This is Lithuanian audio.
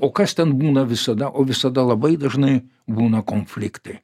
o kas ten būna visada o visada labai dažnai būna konfliktai